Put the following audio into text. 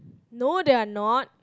no they are not